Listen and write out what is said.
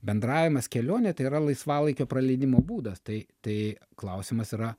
bendravimas kelionė tai yra laisvalaikio praleidimo būdas tai tai klausimas yra